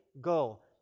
Go